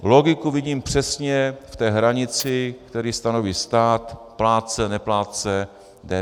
Logiku vidím přesně v té hranici, kterou stanoví stát: plátce neplátce DPH.